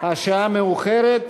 השעה מאוחרת,